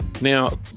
Now